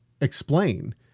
explain